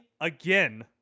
again